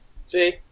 See